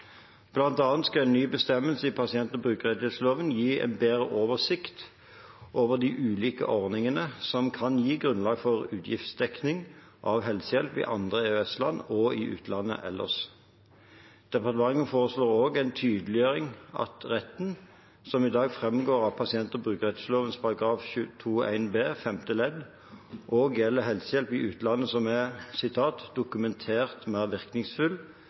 skal en ny bestemmelse i pasient- og brukerrettighetsloven gi en bedre oversikt over de ulike ordningene som kan gi grunnlag for utgiftsdekning av helsehjelp i andre EØS-land og i utlandet ellers. Departementet foreslår også en tydeliggjøring av at retten – som i dag framgår av pasient- og brukerrettighetsloven § 2-1 b femte ledd – også gjelder helsehjelp i utlandet som er «dokumentert mer virkningsfull»